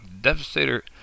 devastator